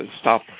stop